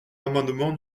amendement